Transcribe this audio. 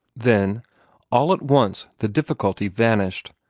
then all at once the difficulty vanished.